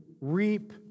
reap